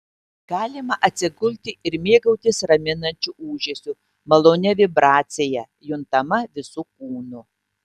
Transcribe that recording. galima atsigulti ir mėgautis raminančiu ūžesiu malonia vibracija juntama visu kūnu